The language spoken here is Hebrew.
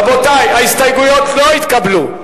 רבותי, ההסתייגויות לא התקבלו.